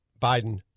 Biden